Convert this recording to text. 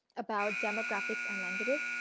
about demographics and languages.